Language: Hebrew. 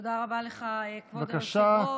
תודה רבה לך, כבוד היושב-ראש.